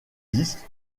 disque